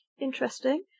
interesting